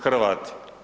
Hrvati.